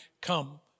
come